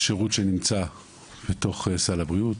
השירות שנמצא בתוך סל הבריאות